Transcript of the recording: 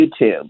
YouTube